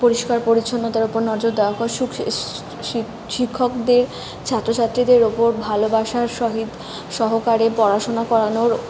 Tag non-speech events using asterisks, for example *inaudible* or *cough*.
পরিষ্কার পরিচ্ছন্নতার উপর নজর দেওয়া হোক *unintelligible* শিক্ষকদের ছাত্র ছাত্রীদের উপর ভালোবাসার সহিত সহকারে পড়াশোনা করানোর